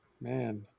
man